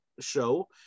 show